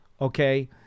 Okay